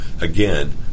again